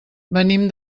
venim